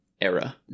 era